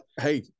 Hey –